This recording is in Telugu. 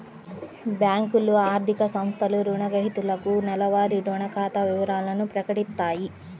బ్యేంకులు, ఆర్థిక సంస్థలు రుణగ్రహీతలకు నెలవారీ రుణ ఖాతా వివరాలను ప్రకటిత్తాయి